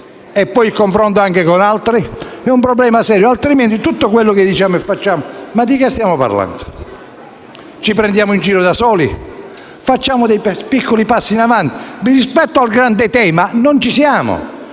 anche il confronto con gli altri. Si tratta di un problema serio. Rispetto a tutto quello che diciamo e facciamo, ma di che cosa stiamo parlando? Ci prendiamo in giro da soli? Facciamo dei piccoli passi in avanti, ma rispetto al grande tema non ci siamo.